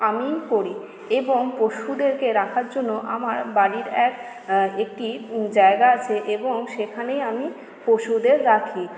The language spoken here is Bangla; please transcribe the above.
আমিই করি এবং পশুদেরকে রাখার জন্য আমার বাড়ির এক একটি জায়গা আছে এবং সেখানেই আমি পশুদের রাখি